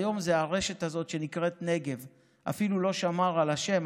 היום זו הרשת הזאת שנקראת "נגב"; אפילו לא שמר על השם,